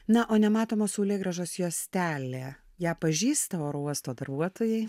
na o nematomos saulėgrąžos juostelė ją pažįsta oro uosto darbuotojai